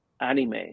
anime